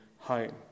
Home